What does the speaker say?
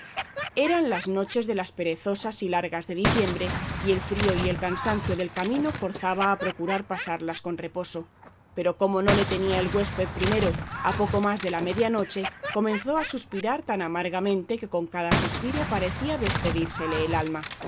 eran las noches de las perezosas y largas de diciembre y el frío y el cansancio del camino forzaba a procurar pasarlas con reposo pero como no le tenía el huésped primero a poco más de la media noche comenzó a suspirar tan amargamente que con cada suspiro parecía despedírsele el alma